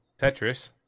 Tetris